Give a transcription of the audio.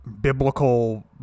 biblical